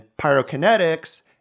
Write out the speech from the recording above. pyrokinetics